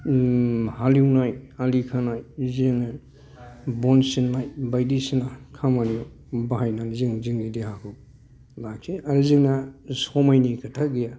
हालएवनाय आलि खोनाय बिदिजोंनो बन सिननाय बायदिसिना खामानियाव बाहायनानै जोङो जोंनि देहाखौ लाखियो आरो जोंहा समायनि खोथा गैया